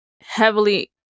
heavily